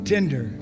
Tender